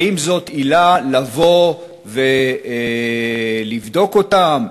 האם זו עילה לבוא ולבדוק אותם?